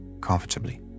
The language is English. comfortably